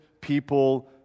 people